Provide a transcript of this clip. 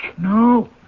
No